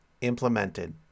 implemented